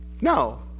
no